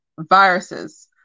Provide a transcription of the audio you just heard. viruses